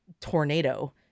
tornado